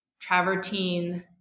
travertine